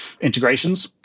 integrations